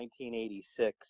1986